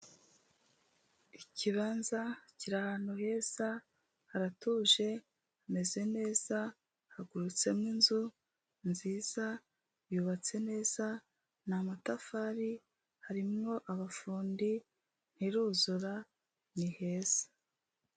Ikibanza kiri ahantu heza, haratuje, hameze neza hagurutsemo inzu, nziza yubatse neza, ni amatafari, harimo abafundi, ntiruzura ni heza.